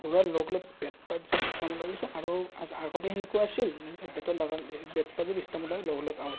ঘূৰোৱাৰ লগ লগ বেটপাত যাই ষ্টাম্পত লাগিছে আৰু আগতে সেনেকুৱা আছিল যে বেটত লাগাৰ হেৰি বেটপাত যদি ষ্টাম্পত লাগে লগ লগ আউট